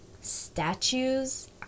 statues